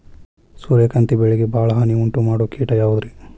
ಸೂರ್ಯಕಾಂತಿ ಬೆಳೆಗೆ ಭಾಳ ಹಾನಿ ಉಂಟು ಮಾಡೋ ಕೇಟ ಯಾವುದ್ರೇ?